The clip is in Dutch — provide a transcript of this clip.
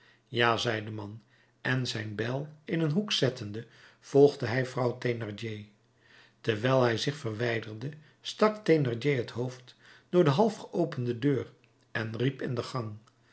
ja zei de man en zijn bijl in een hoek zettende volgde hij vrouw thénardier terwijl zij zich verwijderden stak thénardier het hoofd door de half geopende deur en riep in de gang